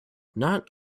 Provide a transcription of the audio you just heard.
not